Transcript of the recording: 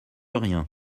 rien